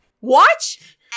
watch